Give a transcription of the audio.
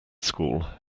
school